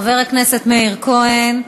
חבר הכנסת מאיר כהן,